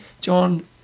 John